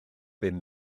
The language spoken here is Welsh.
bum